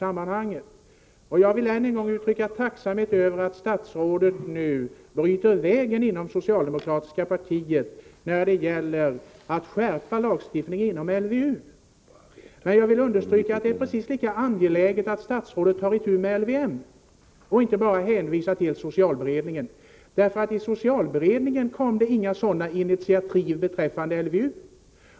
Jag vill än en gång uttrycka tacksamhet över att statsrådet nu bryter vägen inom det socialdemokratiska partiet när det gäller att skärpa LVU. Men jag vill understryka att det är precis lika angeläget att ta itu med LVM. Då gäller det att inte bara hänvisa till socialberedningen. Därifrån kom det inga initiativ beträffande LVU.